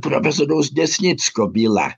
profesoriaus desnickio byla